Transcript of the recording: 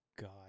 God